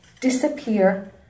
Disappear